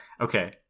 Okay